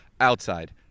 outside